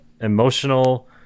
emotional